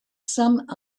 some